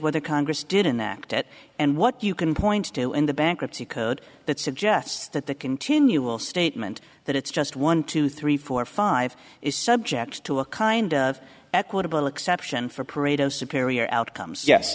whether congress didn't act it and what you can point to in the bankruptcy code that suggests that the continual statement that it's just one two three four five is subject to a kind of equitable exception for parade of superior outcomes yes